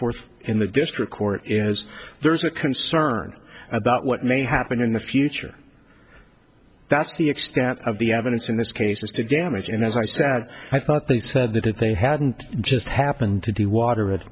forth in the district court is there's a concern about what may happen in the future that's the extent of the evidence in this case is the damage and as i said i thought they said that if they hadn't just happened to do water it